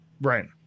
Right